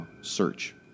search